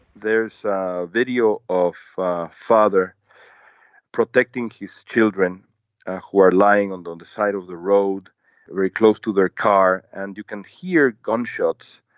there's video of father protecting his children who are lying and on the side of the road very close to their car. and you can hear gunshots